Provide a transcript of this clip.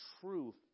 truth